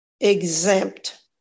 exempt